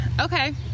Okay